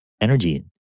energy